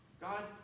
God